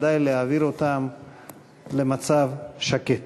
ודאי להעביר אותם למצב שקט.